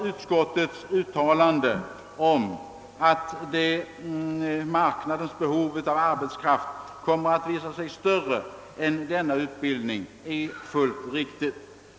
Utskottets uttalande om att »arbetsmarknadens behov av arbetskraft med social utbildning kommer att visa sig vara större än tillgången» synes mig vara fullt riktigt.